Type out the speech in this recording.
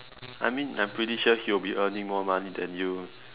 I mean I'm pretty sure he will be earning more money than you